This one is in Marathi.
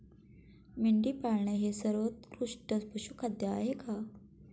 मेंढी पाळणे हे सर्वोत्कृष्ट पशुखाद्य आहे का?